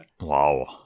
Wow